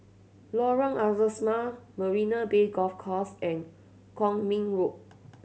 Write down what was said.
Lorong Asrama Marina Bay Golf Course and Kwong Min Road